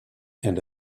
and